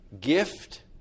gift